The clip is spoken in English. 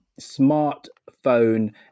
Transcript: smartphone